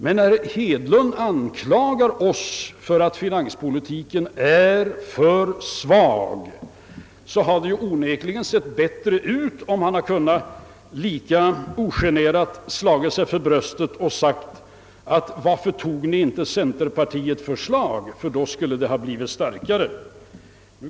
När herr Hedlund anklagade oss för att finanspolitiken är för svag hade det onekligen sett bättre ut om han lika ogenerat slagit sig för bröstet och sagt: Varför tog ni inte centerpartiets förslag, ty då skulle finanspolitiken blivit starkare?